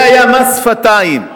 זה היה מס שפתיים,